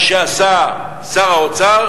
מה שעשה שר האוצר,